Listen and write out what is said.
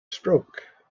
stroke